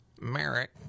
Merrick